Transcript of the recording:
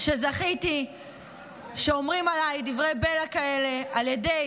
שזכיתי שאומרים עליי דברי בלע כאלה על ידי